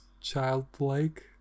childlike